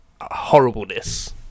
horribleness